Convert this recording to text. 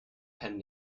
pen